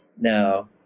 now